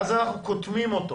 ואז אנחנו קוטמים אותו